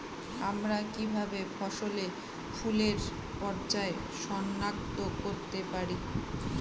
আমরা কিভাবে ফসলে ফুলের পর্যায় সনাক্ত করতে পারি?